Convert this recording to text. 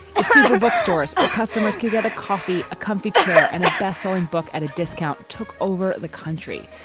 its super bookstores or customers could get a coffee, a comfy chair and a bestselling book at a discount took over the country,